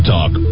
Talk